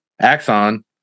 Axon